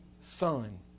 Son